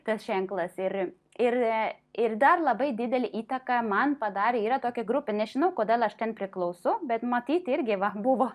tas ženklas ir ir ir dar labai didelę įtaką man padarė yra tokia grupė nežinau kodėl aš ten priklausau bet matyt irgi va buvo